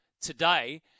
today